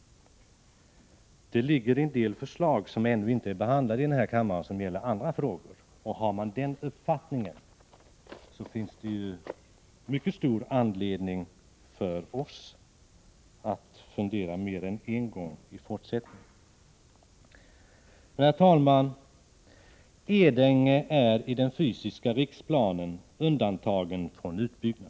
Det ligger en del förslag, som ännu inte har behandlats i kammaren och som gäller andra frågor. Har man Oskar Lindkvists uppfattning, finns det ju mycket stor anledning för oss att fundera mer än en gång i fortsättningen. Herr talman! Edänge är i den fysiska riksplanen undantagen från utbyggnad.